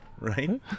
right